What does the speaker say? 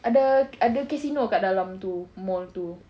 ada ada casino dekat dalam tu mall tu